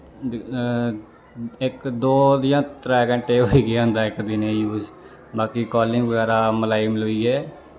इक दो जां त्रै घैंटे होई गै जंदा इक दिनें च यूस बाकी कॉलिंग बगैरा मलाई मलूइयै